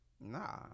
Nah